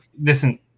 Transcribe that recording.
listen